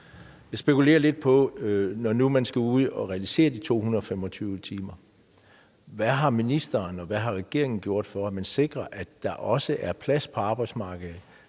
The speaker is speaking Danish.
og regeringen, når nu man skal ud og realisere de 225 timer, så har gjort for, at man sikrer, at der også er plads på arbejdsmarkedet